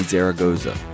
Zaragoza